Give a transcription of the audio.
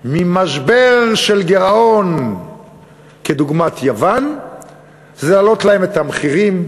ממשבר של גירעון כדוגמת יוון זה להעלות להם את המחירים,